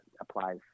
applies